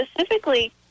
specifically